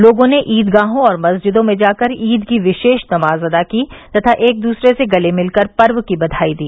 लोगों ने ईदगाहों और मस्जिदों में जाकर ईद की विशेष नमाज अदा की तथा एक दूसरे से गले मिलकर पर्व की बधाई दी